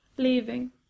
leaving